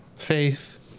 Faith